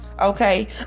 okay